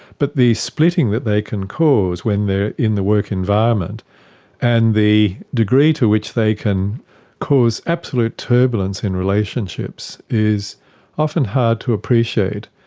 but the splitting that they can cause when they are in the work environment and the degree to which they can cause absolute turbulence in relationships is often hard to appreciate.